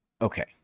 Okay